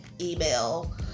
email